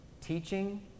teaching